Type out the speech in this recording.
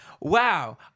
wow